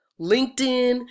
LinkedIn